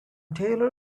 taylor